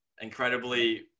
incredibly